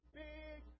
big